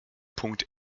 punkt